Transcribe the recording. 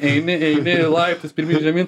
eini eini laiptais pirmyn žemyn